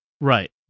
Right